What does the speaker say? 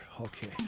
Okay